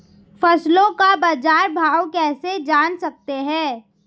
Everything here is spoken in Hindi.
फसलों का बाज़ार भाव कैसे जान सकते हैं?